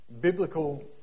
biblical